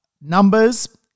numbers